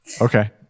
Okay